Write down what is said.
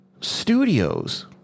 studios